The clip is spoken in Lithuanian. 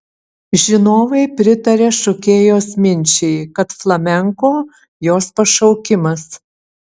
žinovai pritaria šokėjos minčiai kad flamenko jos pašaukimas